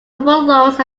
lawrence